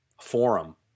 forum